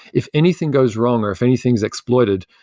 if anything goes wrong, or if anything's exploited,